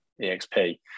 exp